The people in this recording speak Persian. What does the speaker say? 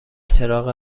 چراغ